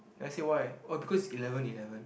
and then I say why oh because it's eleven eleven